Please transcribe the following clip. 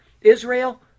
Israel